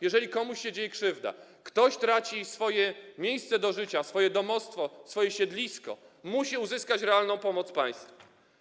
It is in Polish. Jeżeli komuś dzieje się krzywda, ktoś traci swoje miejsce do życia, swoje domostwo, swoje siedlisko, musi uzyskać realną pomoc państwa.